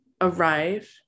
arrive